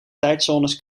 tijdzones